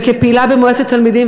וכפעילה במועצת תלמידים,